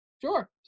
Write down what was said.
sure